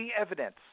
evidence